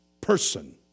person